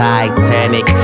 Titanic